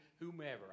whomever